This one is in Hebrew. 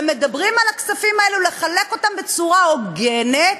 ומדברים על הכספים האלו, לחלק אותם בצורה הוגנת,